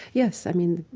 yes, i mean,